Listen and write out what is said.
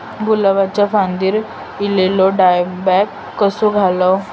गुलाबाच्या फांदिर एलेलो डायबॅक कसो घालवं?